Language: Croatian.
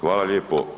Hvala lijepo.